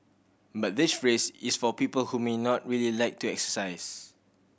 but this race is for people who may not really like to exercise